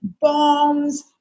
bombs